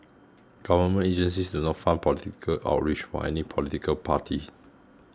government agencies do not fund political outreach for any political party